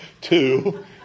two